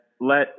let